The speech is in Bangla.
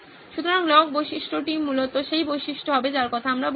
সুতরাং লগ বৈশিষ্ট্যটি মূলত সেই বৈশিষ্ট্য হবে যার কথা আমরা বলছি